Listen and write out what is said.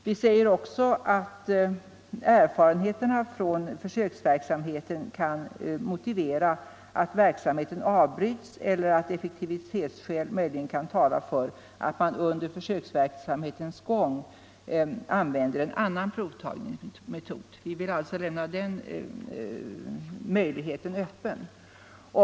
Vi säger också att erfarenheterna från försöksverksamheten kan motivera att verksamheten avbryts eller att effektivitetsskäl möjligen kan tala för att en annan provtagningsmetod används under försöksverksamhetens gång. Vi vill alltså lämna den möjligheten öppen.